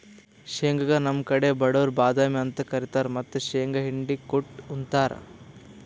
ಶೇಂಗಾಗ್ ನಮ್ ಕಡಿ ಬಡವ್ರ್ ಬಾದಾಮಿ ಅಂತ್ ಕರಿತಾರ್ ಮತ್ತ್ ಶೇಂಗಾ ಹಿಂಡಿ ಕುಟ್ಟ್ ಉಂತಾರ್